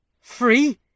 Free